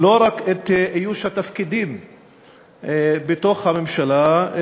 לא רק את איוש התפקידים בתוך הממשלה,